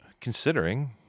considering